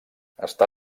està